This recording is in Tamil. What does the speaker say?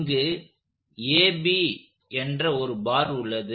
இங்கு AB என்ற ஒரு பார் உள்ளது